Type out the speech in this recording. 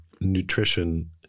nutrition